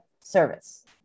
service